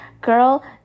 Girl